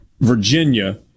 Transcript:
Virginia